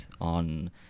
on